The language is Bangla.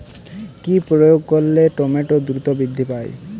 কি প্রয়োগ করলে টমেটো দ্রুত বৃদ্ধি পায়?